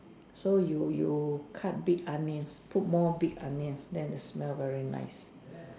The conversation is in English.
so you you cut big onions put more big onions then the smell very nice